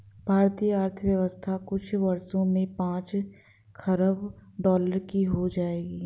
भारतीय अर्थव्यवस्था कुछ वर्षों में पांच खरब डॉलर की हो जाएगी